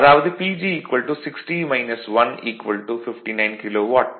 அதாவது PG 60 1 59 kilowatt